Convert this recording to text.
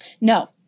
no